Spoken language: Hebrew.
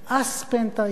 הס פן תעיר,